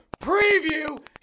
Preview